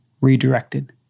redirected